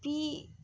फ्ही